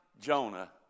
Jonah